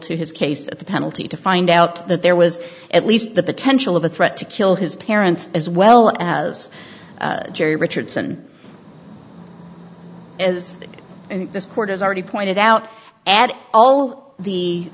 to his case at the penalty to find out that there was at least the potential of a threat to kill his parents as well as jerry richardson is that this court has already pointed out at all the